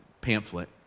pamphlet